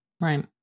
Right